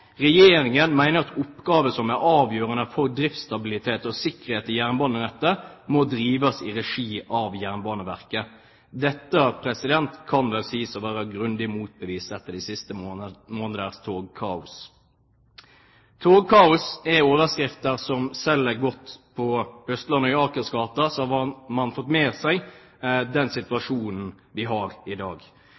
oppgaver som er avgjørende for driftsstabilitet og sikkerhet i jernbanenettet må drives i regi av Jernbaneverket.» Dette kan vel sies å være grundig motbevist etter de siste måneders togkaos. Togkaos er overskrifter som selger godt på Østlandet. I Akersgata har man fått med seg den situasjonen vi har i dag.